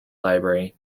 library